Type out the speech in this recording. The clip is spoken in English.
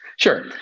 Sure